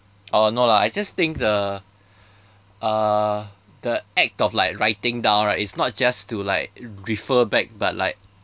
oh no lah I just think the uh the act of like writing down right is not just to like refer back but like